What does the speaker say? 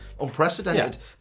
unprecedented